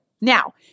Now